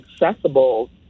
accessible